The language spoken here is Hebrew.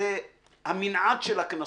זה המנעד של הקנסות.